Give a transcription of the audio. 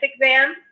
exam